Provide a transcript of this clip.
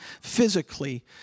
physically